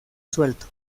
suelto